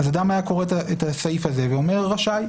אז אדם היה קורא את הסעיף הזה ואומר רשאי,